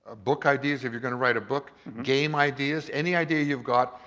ah book ideas if you're gonna write a book, game ideas, any idea you've got,